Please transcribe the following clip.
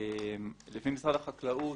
לפי משרד החקלאות,